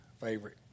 favorite